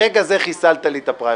ברגע זה חיסלת לי את הפריימריז,